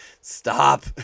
stop